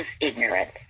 ignorant